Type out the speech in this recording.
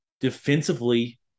defensively